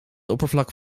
oppervlak